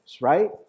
right